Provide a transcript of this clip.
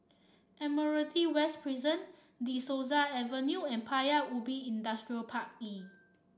Admiralty West Prison De Souza Avenue and Paya Ubi Industrial Park E